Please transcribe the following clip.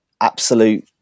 absolute